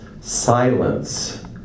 silence